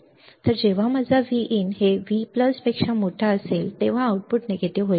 तर जेव्हा माझा Vin हे V पेक्षा मोठा असेल तेव्हा आउटपुट नकारात्मक होईल